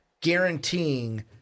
guaranteeing